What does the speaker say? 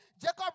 Jacob